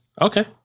Okay